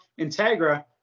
integra